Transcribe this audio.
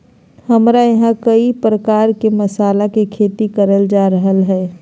हमरा यहां कई प्रकार के मसाला के खेती करल जा रहल हई